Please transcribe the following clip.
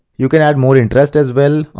you can add more interest as well.